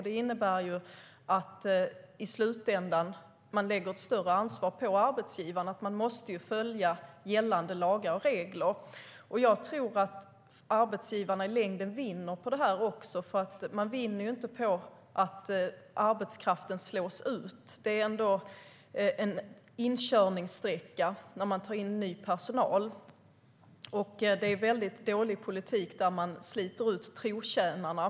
Det innebär ju att man i slutändan lägger ett större ansvar på arbetsgivarna att följa gällande lagar och regler. Jag tror att arbetsgivarna i längden vinner på det. De vinner ju inte på att arbetskraften slås ut. Det medför en inkörningssträcka att ta in ny personal, och det är väldigt dålig politik att slita ut trotjänarna.